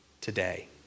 today